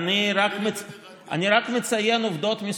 אני מאתגר אותך קצת.